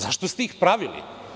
Zašto ste ih pravili?